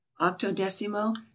octodecimo